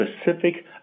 specific